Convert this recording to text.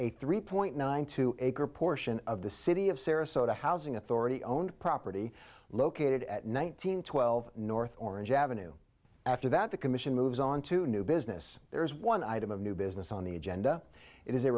a three point nine two acre portion of the city of sarasota housing authority owned property located at nine hundred twelve north orange ave after that the commission moves on to new business there is one item of new business on the agenda i